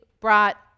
brought